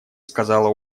сказала